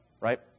right